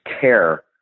care